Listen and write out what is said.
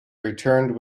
returned